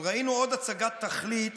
אבל ראינו עוד הצגת תכלית